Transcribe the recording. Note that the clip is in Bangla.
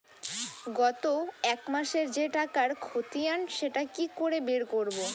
গত এক মাসের যে টাকার খতিয়ান সেটা কি করে বের করব?